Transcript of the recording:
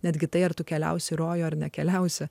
netgi tai ar tu keliausi į rojų ar nekeliausi